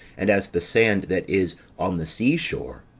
and as the sand that is on the sea shore.